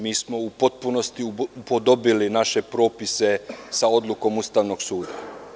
Mi smo u potpunosti upodobili naše propise sa odlukom Ustavnog suda.